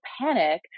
panic